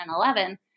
2011